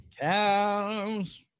Cows